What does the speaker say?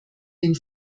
den